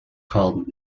called